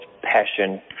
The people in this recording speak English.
passion